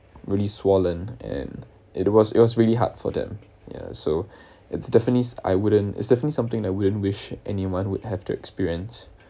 really swollen and it was it was really hard for them ya so it's definitely I wouldn't it's different something I wouldn’t wish anyone would have to experience